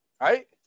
right